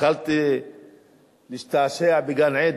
התחלתי להשתעשע בגן-עדן.